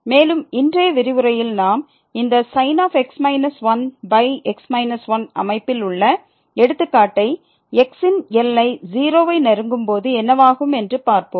மேலும் இன்றைய விரிவுரையில் நாம் இந்த sin x 1 அமைப்பில் உள்ள எடுத்துக்காட்டை x ன் எல்லை o வை நெருங்கும் போது என்னவாகும் என்று பார்ப்போம்